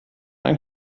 ein